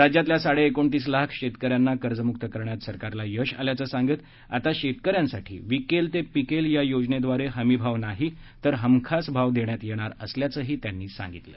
राज्यातल्या साडेएकोणतीस लाख शेतकऱ्यांना कर्जमुक्त करण्यात सरकारला यश आल्याचं सांगत आता शेतकऱ्यांसाठी विकेल ते पिकेल या योजनेद्वारे हमी भाव नाही तर हमखास भाव देण्यात येणार असल्याचंही त्यांनी सांगितलं